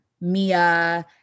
Mia